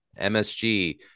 MSG